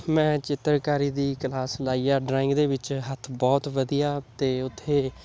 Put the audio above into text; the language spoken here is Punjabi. ਮੈਂ ਚਿੱਤਰਕਾਰੀ ਦੀ ਕਲਾਸ ਲਾਈ ਹੈ ਡਰਾਇੰਗ ਦੇ ਵਿੱਚ ਹੱਥ ਬਹੁਤ ਵਧੀਆ ਅਤੇ ਉੱਥੇ